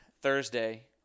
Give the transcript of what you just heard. Thursday